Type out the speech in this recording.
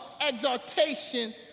exhortation